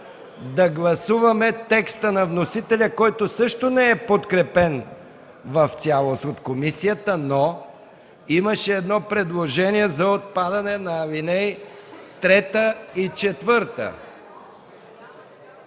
да гласуваме текста на вносителя, който също не е подкрепен в цялост от комисията, но имаше едно предложение за отпадане на алинеи 3 и 4.